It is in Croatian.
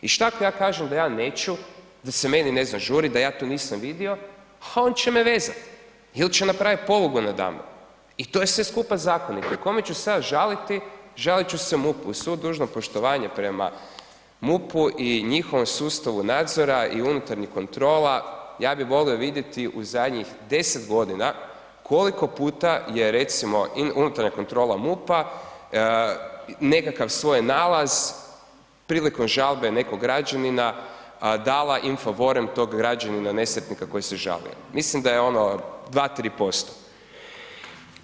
I šta ako ja kažem da ja neću da se meni ne znam, žuri, da ja to nisam vidio, on će me vezati ili će napraviti polugu nada mnom i to je sve skupa zakonito i kome ću seja žaliti, žalit ću se MUP-u i uz svo dužno poštovanje prema MUP-u i njihovom sustavu nadzora i unutarnjih kontrola, ja bi volio vidjeti u zadnjih 10 g. koliko puta je recimo unutarnja kontrola MUP-a nekakav svoj nalaz prilikom žalbe nekog građanina, dala in favorem tog građanina nesretnika koji se žalio, mislim da je oni, 2,3%